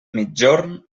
migjorn